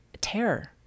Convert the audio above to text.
terror